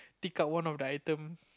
take out one of the item